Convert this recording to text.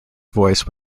voice